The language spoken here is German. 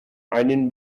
einen